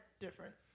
different